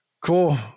cool